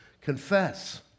confess